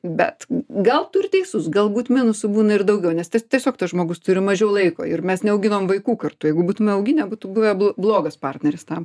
bet gal tu ir teisus galbūt minusų būna ir daugiau nes tas tiesiog tas žmogus turi mažiau laiko ir mes neauginom vaikų kartu jeigu būtumę auginę būtų buvę blogas partneris tam